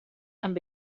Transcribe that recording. amb